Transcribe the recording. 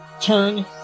turn